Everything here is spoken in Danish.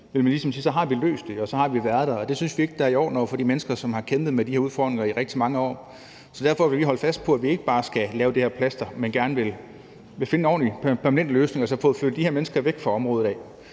så har man løst det og så har man været der, og det synes vi ikke er i orden over for de mennesker, som har kæmpet med de her udfordringer i rigtig mange år. Så derfor vil vi holde fast i, at vi ikke bare skal sætte det her plaster på, men at vi gerne vil finde en ordentlig og permanent løsning og få flyttet de her mennesker væk fra området.